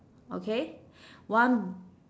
okay one